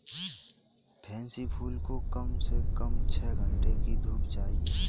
pansy फूल को कम से कम छह घण्टे की धूप चाहिए